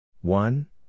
One